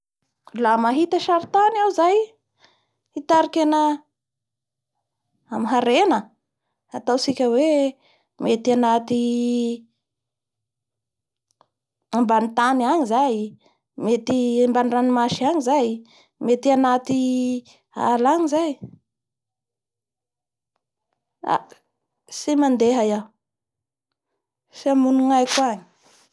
La mahita saritany iahao zay hitariky ana amin'ny harena ataontsika hoe mety anaty ambanitany angny zay mety ambany ranomasy agny zay mety anaty ala agny zay aa tsy mandeha iaho tsy hamono ny aiako agny iaho.